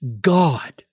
God